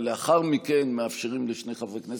ולאחר מכן מאפשרים לשני חברי כנסת,